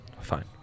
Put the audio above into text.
Fine